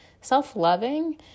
self-loving